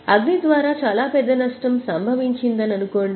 అగ్ని ద్వారా చాలా పెద్ద నష్టం సంభవిం సంభవించిందని అనుకోండి